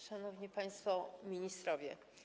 Szanowni Państwo Ministrowie!